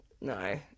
no